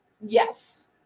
Yes